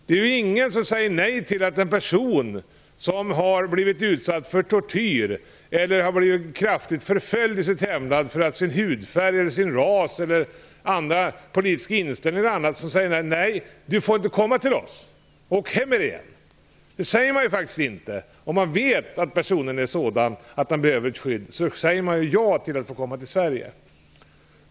Det är ingen som säger nej till en person som har blivit utsatt för tortyr eller blivit kraftig förföljd i sitt hemland på grund av sin hudfärg, ras eller politiska inställning. Man säger inte: Nej, du får inte komma till oss. Åk hem med dig igen. Om man vet att personen ifråga behöver skydd säger man ju ja om han eller hon vill komma till Sverige.